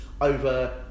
over